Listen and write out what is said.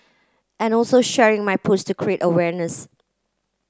and also sharing my post create awareness